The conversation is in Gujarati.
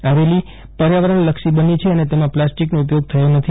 આ રેલી પર્યાવરણલક્ષી બની છે અને તેમાં પ્લાસ્ટિકનો ઉપયોગ થયો નથી